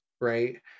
Right